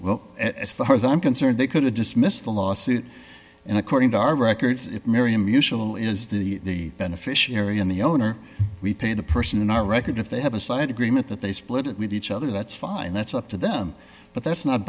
well as far as i'm concerned they could to dismiss the lawsuit and according to our records miriam usual is the beneficiary and the owner we pay the person in our record if they have a signed agreement that they split it with each other that's fine that's up to them but that's not